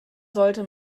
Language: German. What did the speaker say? sollte